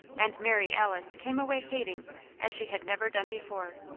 and mary alice came away hating as she had never done before,